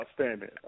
outstanding